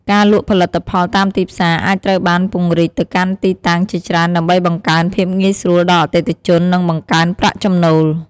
ការលក់ផលិតផលតាមទីផ្សារ អាចត្រូវបានពង្រីកទៅកាន់ទីតាំងជាច្រើនដើម្បីបង្កើនភាពងាយស្រួលដល់អតិថិជន និងបង្កើនប្រាក់ចំណូល។